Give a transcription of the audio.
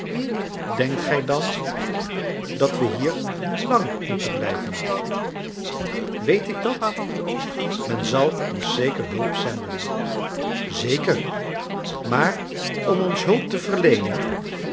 denkt gij dan dat we hier lang moeten blijven weet ik dat men zal ons zeker hulp zenden zeker maar om ons hulp te verleenen